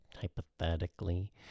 hypothetically